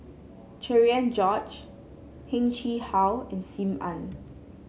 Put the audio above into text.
Cherian George Heng Chee How and Sim Ann